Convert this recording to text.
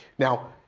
now,